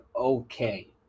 okay